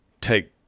take